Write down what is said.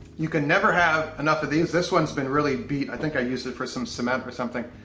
you can never have enough of these. this one's been really beat. i think i use it for some cement or something.